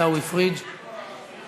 אחריו חבר הכנסת עיסאווי פריג' שמוותר,